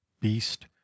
beast